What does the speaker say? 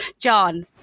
John